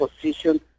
position